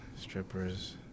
Strippers